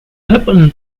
happen